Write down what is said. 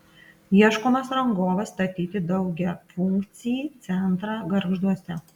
ieškomas rangovas statyti daugiafunkcį centrą gargžduose